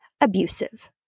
abusive